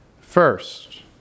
First